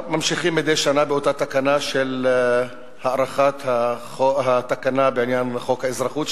ממשיכים מדי שנה באותה הארכה של התקנה בעניין חוק האזרחות,